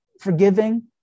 forgiving